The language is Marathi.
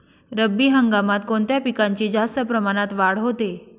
रब्बी हंगामात कोणत्या पिकांची जास्त प्रमाणात वाढ होते?